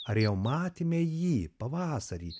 ar jau matėme jį pavasarį